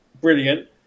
brilliant